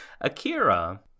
Akira